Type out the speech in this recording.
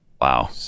Wow